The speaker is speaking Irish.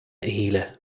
shíle